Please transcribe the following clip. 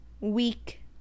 week